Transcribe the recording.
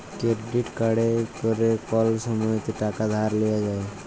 credit কাড়ে ক্যরে কল সময়তে টাকা ধার লিয়া যায়